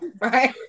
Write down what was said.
Right